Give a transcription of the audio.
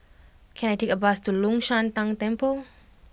can I take a bus to Long Shan Tang Temple